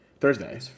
Thursday